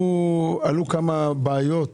כמה בעיות